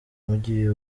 mugiye